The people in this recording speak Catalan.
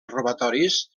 robatoris